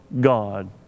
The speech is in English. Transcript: God